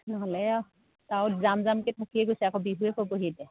নহ'লে আৰু তাওত যাম যামকৈ থাকিয়ে গৈছে আকৌ বিহুৱে পাবহি এতিয়া